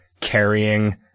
carrying